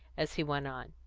as he went on.